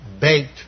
baked